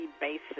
basis